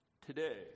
today